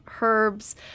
herbs